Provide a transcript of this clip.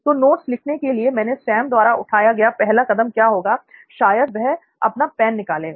तो नोट्स लिखने के लिए सैम द्वारा उठाया गया पहला कदम क्या होगा शायद वह अपना पेन निकालेगा